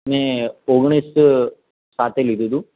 ને ઓગણીસ સાતે લીધુ હતું